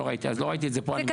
לא ראיתי את זה פה, אני מתנצל.